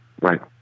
right